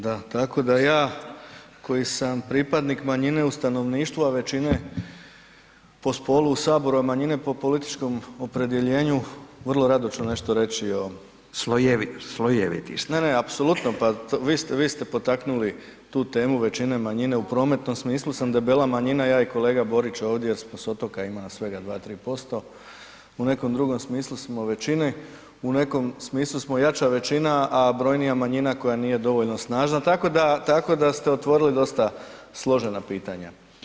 Da, tako da ja, koji sam pripadnik manjine, u stanovništvu a većine po spolu u Saboru a manjine po političkom opredjeljenju, vrlo rado ću nešto reći o [[Upadica Radin: Slojeviti ste.]] Ne, ne, apsolutno, pa vi ste potaknuli tu temu većine-manjine, u prometnom smislu sam debela manjina ja i kolega Borić jer smo s otoka, ima nas svega 2, 3%, u nekom drugom smislu smo u većini, u nekom smislu smo jača većina a brojnija manjina koja nije dovoljna snažna tako da ste otvorili dosta složena pitanja.